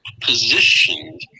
positioned